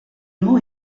know